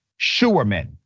Schuerman